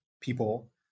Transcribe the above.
people